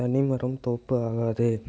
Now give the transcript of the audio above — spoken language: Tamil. தனிமரம் தோப்பு ஆகாது